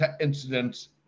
incidents